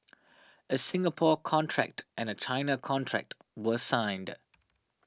a Singapore contract and a China contract were signed